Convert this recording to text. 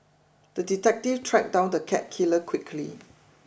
the detective tracked down the cat killer quickly